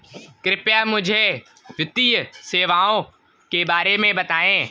कृपया मुझे वित्तीय सेवाओं के बारे में बताएँ?